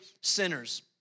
sinners